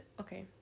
okay